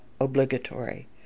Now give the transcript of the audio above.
obligatory